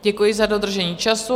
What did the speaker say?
Děkuji za dodržení času.